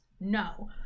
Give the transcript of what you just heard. no